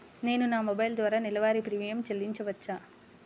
నేను నా మొబైల్ ద్వారా నెలవారీ ప్రీమియం చెల్లించవచ్చా?